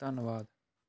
ਧੰਨਵਾਦ